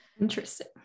interesting